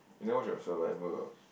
no what is survivor